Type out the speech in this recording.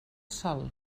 sol